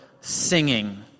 singing